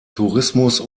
tourismus